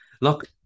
Look